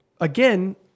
again